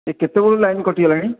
ନାଇଁ କେତେବେଳୁ ଲାଇନ୍ କଟିଗଲାଣି